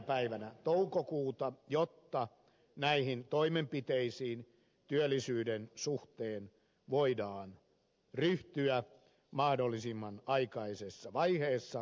päivänä toukokuuta jotta näihin toimenpiteisiin työllisyyden suhteen voidaan ryhtyä mahdollisimman aikaisessa vaiheessa